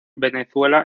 venezuela